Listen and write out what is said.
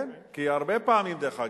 כן, כי הרבה פעמים, דרך אגב,